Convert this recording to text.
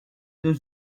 deux